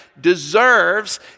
deserves